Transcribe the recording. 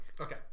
Okay